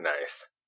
Nice